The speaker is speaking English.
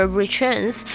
returns